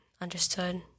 understood